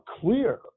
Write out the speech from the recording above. clear